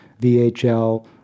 VHL